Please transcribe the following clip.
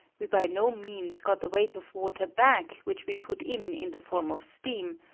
we by no means got the weight of water back which we put in in the form of steam,